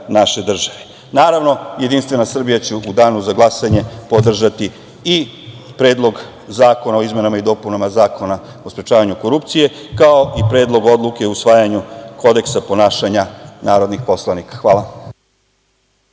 naše države. Naravno, JS će u danu za glasanje podržati i Predlog zakona o izmenama i dopunama Zakona o sprečavanju korupcije, kao i Predlog odluke o usvajanju Kodeksa ponašanja narodnih poslanika. Hvala.